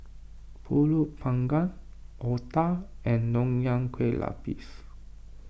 Pulut Panggang Otah and Nonya Kueh Lapis